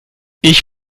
ich